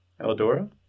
Eldora